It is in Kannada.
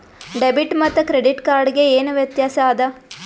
ಡೆಬಿಟ್ ಮತ್ತ ಕ್ರೆಡಿಟ್ ಕಾರ್ಡ್ ಗೆ ಏನ ವ್ಯತ್ಯಾಸ ಆದ?